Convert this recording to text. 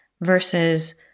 versus